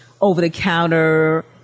over-the-counter